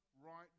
right